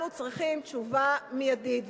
אנחנו צריכים תשובה מיידית,